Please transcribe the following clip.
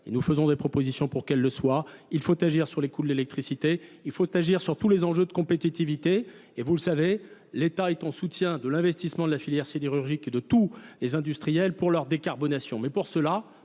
nous faisons des propositions pour qu'elles le soient. Il faut agir sur les coûts de l'électricité. Il faut agir sur tous les enjeux de compétitivité. Et vous le savez, l'État est en soutien de l'investissement de la filière cédiérurgique et de tous les industriels pour leur décarbonation.